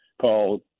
called